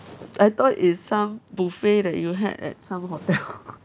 I thought it's some buffet that you had at some hotel